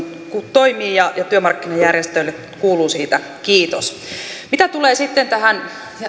toimii ja työmarkkinajärjestöille kuuluu siitä kiitos mitä tulee sitten tähän